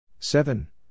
Seven